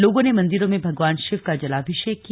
लोगों ने मंदिरों में भगवान शिव का जलाभिषेक किया